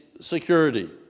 security